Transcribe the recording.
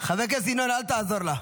חבר הכנסת ינון, אל תעזור לה.